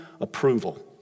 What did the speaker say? approval